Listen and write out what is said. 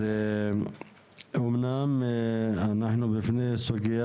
אנחנו בפני סוגיה